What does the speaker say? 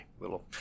little